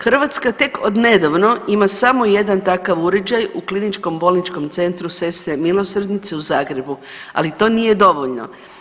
Hrvatska tek od nedavno ima samo jedan takav uređaj u Kliničkom bolničkom centru Sestre milosrdnice u Zagrebu, ali to nije dovoljno.